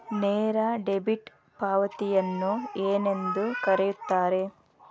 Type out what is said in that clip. ನೇರ ಡೆಬಿಟ್ ಪಾವತಿಯನ್ನು ಏನೆಂದು ಕರೆಯುತ್ತಾರೆ?